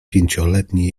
pięcioletni